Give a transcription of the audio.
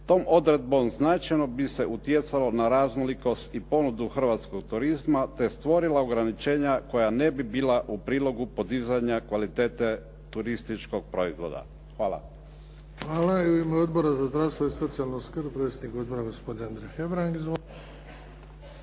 Tom odredbom značajno bi se utjecalo na raznolikost i ponudu hrvatskog turizma, te je stvorila ograničenja koja ne bi bila u prilogu podizanja kvalitete turističkog proizvoda. Hvala. **Bebić, Luka (HDZ)** Hvala. U ime Odbora za zdravstvo i socijalnu skrb, predsjednik odbora gospodin Andrija Hebrang.